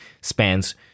spans